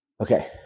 Okay